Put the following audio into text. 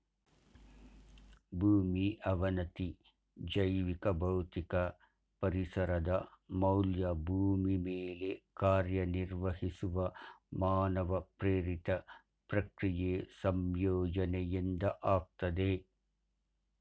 ಭೂಮಿ ಅವನತಿ ಜೈವಿಕ ಭೌತಿಕ ಪರಿಸರದ ಮೌಲ್ಯ ಭೂಮಿ ಮೇಲೆ ಕಾರ್ಯನಿರ್ವಹಿಸುವ ಮಾನವ ಪ್ರೇರಿತ ಪ್ರಕ್ರಿಯೆ ಸಂಯೋಜನೆಯಿಂದ ಆಗ್ತದೆ